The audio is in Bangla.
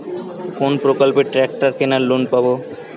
কোন প্রকল্পে ট্রাকটার কেনার লোন পাব?